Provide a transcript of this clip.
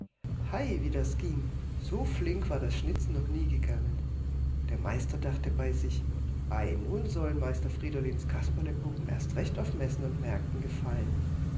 hei wie das ging so flink war das schnitzen noch nie gegangen der meister dachte bei sich ei nun sollen meister friedolins kasperlepuppen erst recht auf messen und märkten gefallen